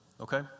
okay